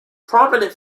prominent